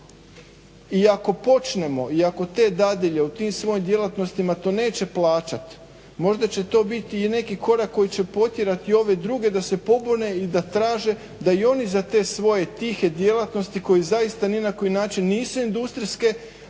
I ako počnemo i ako te dadilje u tim svojim djelatnostima to neće plaćati možda će to biti i neki korak koji će potjerati ove druge da se pobune i da traže da i oni za te svoje tihe djelatnosti koje zaista ni na koji način nisu industrijske,